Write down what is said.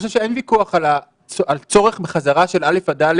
ויכוח על צורך בחזרה של כיתות א'-ד'